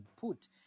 put